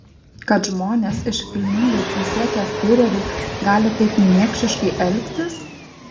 kad žmonės iškilmingai prisiekę fiureriui gali taip niekšiškai elgtis